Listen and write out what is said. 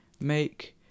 make